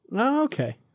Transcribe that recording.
Okay